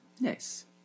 Nice